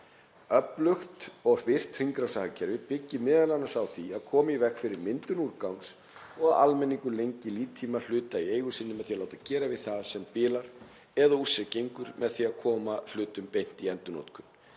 Öflugt og virkt hringrásarhagkerfi byggir m.a. á því að koma í veg fyrir myndun úrgangs og að almenningur lengi líftíma hluta í eigu sinni með því að láta gera við það sem bilar eða úr sér gengur eða með því að koma hlutum beint í endurnotkun.